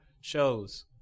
shows